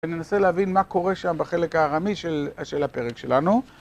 וננסה להבין מה קורה שם בחלק הארמי של הפרק שלנו.